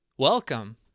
Welcome